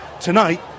Tonight